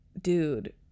dude